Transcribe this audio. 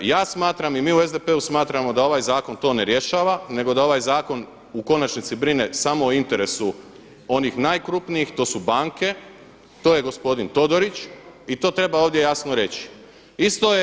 Ja smatram i mi u SDP-u smatramo da ovaj zakon to ne rješava nego da ovaj zakon u konačnici brine samo o interesu onih najkrupnijih, to su banke, to je gospodin Todorić i to treba ovdje jasno reći.